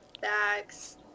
bags